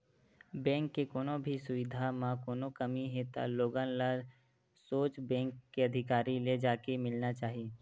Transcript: bank के कोनो भी सुबिधा म कोनो कमी हे त लोगन ल सोझ बेंक के अधिकारी ले जाके मिलना चाही